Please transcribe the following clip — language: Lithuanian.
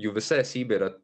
jų visa esybė yra